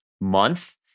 month